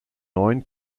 neun